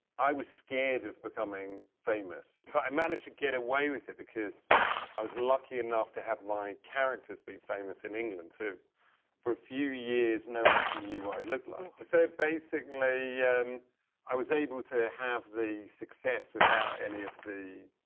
i was scared of becoming famous, but i managed to get away with it because i was lucky enough to have my characters be famous in england, so for a few years no one actually knew what i looked like. so basically yeah um i was able to have the success without any of the,